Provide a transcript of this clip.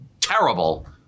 terrible